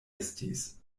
estis